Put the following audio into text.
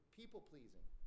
people-pleasing